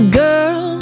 girl